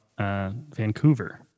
Vancouver